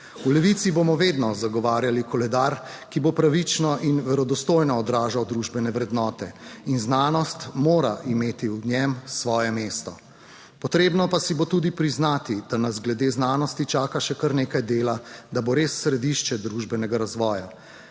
v Levici bomo vedno zagovarjali koledar, ki bo pravično in verodostojno odražal družbene vrednote. In znanost mora imeti v njem svoje mesto. Potrebno pa si bo tudi priznati, da nas glede znanosti čaka še kar nekaj dela, da bo res središče družbenega razvoja.